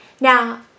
Now